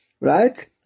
Right